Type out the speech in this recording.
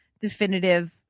definitive